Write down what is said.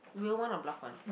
real one or bluff one